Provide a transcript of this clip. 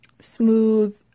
smooth